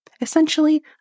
Essentially